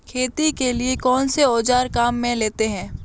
खेती के लिए कौनसे औज़ार काम में लेते हैं?